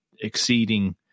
exceeding